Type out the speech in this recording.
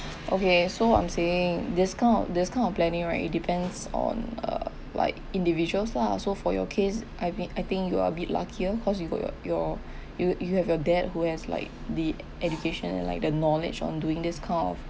okay so I'm saying this kind of this kind of planning right it depends on uh like individuals lah so for your case I've been I think you are a bit luckier cause you got your your you you have your dad who has like the education like the knowledge on doing this kind of